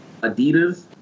Adidas